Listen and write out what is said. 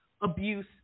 abuse